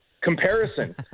comparison